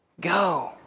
go